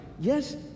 Yes